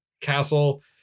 Castle